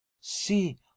See